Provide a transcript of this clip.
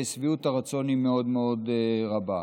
שביעות הרצון היא מאוד מאוד רבה.